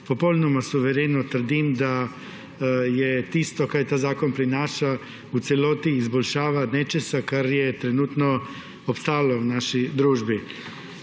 popolnoma suvereno trdim, da je tisto, kar ta zakon prinaša, v celoti izboljšava nečesa, kar je trenutno obstajalo v naši družbi.